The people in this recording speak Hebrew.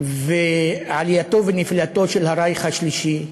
"עלייתו ונפילתו של הרייך השלישי",